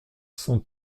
cent